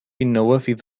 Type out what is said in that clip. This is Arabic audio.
النوافذ